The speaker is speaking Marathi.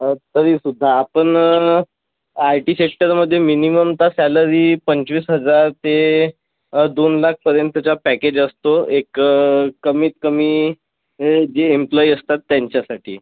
तरी सुद्धा आपण आयटी सेक्टरमधे मिनिमम तर सॅलरी पंचवीस हजार ते दोन लाख पर्यंतच्या पॅकेज असतो एक कमीत कमी म्हणजे जे एम्प्लॉई असतात त्यांच्यासाठी